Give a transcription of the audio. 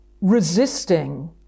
resisting